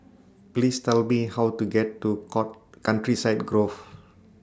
Please Tell Me How to get to call Countryside Grove